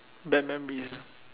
bad memories